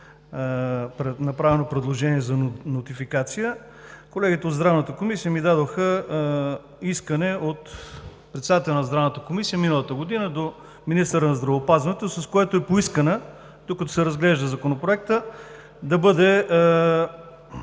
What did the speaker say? направено предложение за нотификация. Колегите от Здравната комисия ми дадоха искане от председателя на Здравната комисия миналата година до министъра на здравеопазването, с което е поискано, докато се разглежда Законопроектът, да бъде